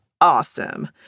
awesome